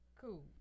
cool